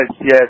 yes